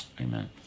amen